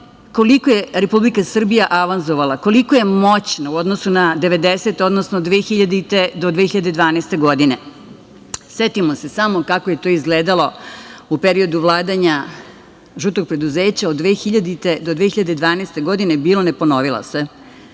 koliko je Republika Srbija avanzovala, koliko je moćna u odnosu na devedesete, odnosno 2000. do 2012. godine. Setimo se samo kako je to izgledalo u periodu vladanja žutog preduzeća od 2000. do 2012. godine - bilo, ne ponovila